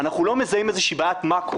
אנחנו לא מזהים איזושהי בעיית מאקרו,